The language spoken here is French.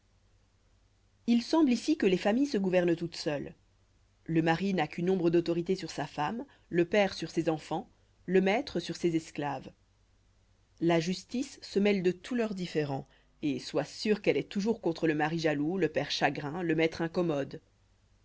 l semble ici que les familles se gouvernent toutes seules le mari n'a qu'une ombre d'autorité sur sa femme le père sur ses enfants le maître sur ses esclaves la justice se mêle de tous leurs différends et sois sûr qu'elle est toujours contre le mari jaloux le père chagrin le maître incommode